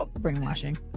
brainwashing